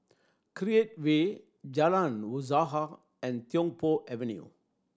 Create Way Jalan Usaha and Tiong Poh Avenue